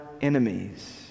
enemies